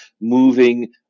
moving